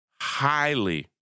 highly